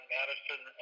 Madison